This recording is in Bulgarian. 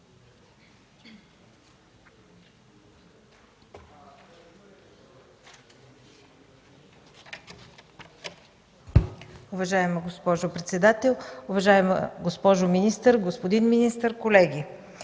Уважаема госпожо председател, уважаема госпожо министър, господин министър, колеги!